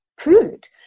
Food